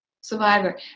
survivor